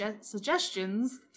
suggestions